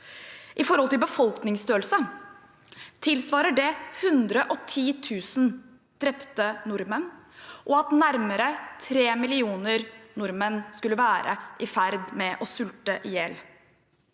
I forhold til befolkningsstørrelse tilsvarer det 110 000 drepte nordmenn og at nærmere 3 millioner nordmenn skulle være i ferd med å sulte i hjel.